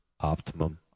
Optimum